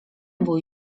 bój